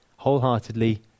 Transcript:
wholeheartedly